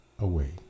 Away